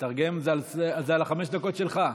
לתרגם זה על חמש הדקות שלך.